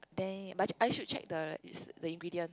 then but I should check the is the ingredient